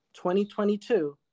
2022